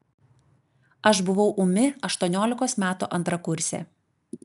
aš buvau ūmi aštuoniolikos metų antrakursė